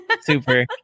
super